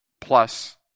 Plus